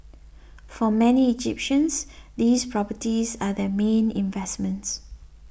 for many Egyptians these properties are their main investments